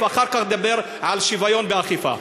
ואחר כך תדבר על שוויון באכיפה.